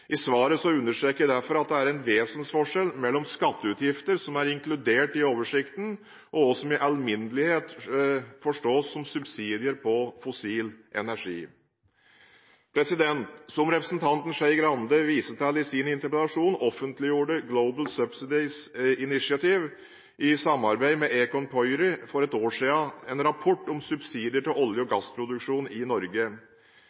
I svaret understreket jeg derfor at det er vesentlig forskjell mellom skatteutgifter som er inkludert i oversikten, og hva som i alminnelighet forstås som subsidier til fossil energi. Som representanten Skei Grande viser til i sin interpellasjon, offentliggjorde Global Subsidies Initiative i samarbeid med Econ Pöyry for et år siden en rapport om subsidier til olje- og